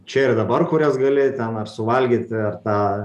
čia ir dabar kurias gali ten suvalgyti ar tą